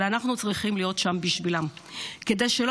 אבל אנחנו צריכים להיות שם בשבילם כדי שלא